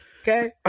okay